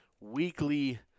weekly